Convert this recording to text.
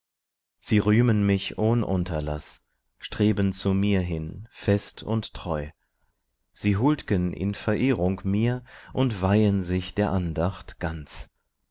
sie rühmen mich ohn unterlaß streben zu mir hin fest und treu sie huld'gen in verehrung mir und weihen sich der andacht ganz